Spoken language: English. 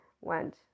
went